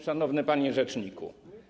Szanowny Panie Rzeczniku!